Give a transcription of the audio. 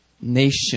nation